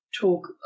talk